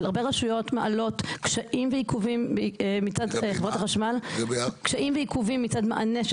אבל הרבה רשויות מעלות קשיים ועיכובים מצד מענה של